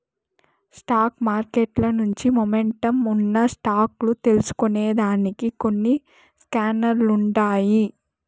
stock మార్కెట్ల మంచి momentum ఉన్న స్టాక్ లు తెల్సుకొనేదానికి కొన్ని స్కానర్లుండాయి